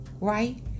Right